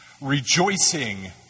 rejoicing